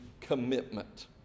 commitment